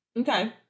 Okay